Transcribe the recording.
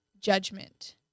judgment